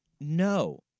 No